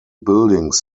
buildings